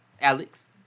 Alex